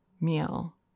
meal